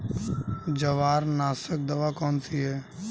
जवारनाशक दवा कौन सी है?